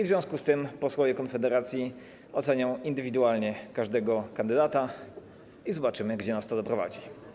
W związku z tym posłowie Konfederacji ocenią indywidualnie każdego kandydata i zobaczymy, gdzie nas to doprowadzi.